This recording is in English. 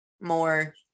more